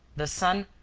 the son,